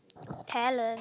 talent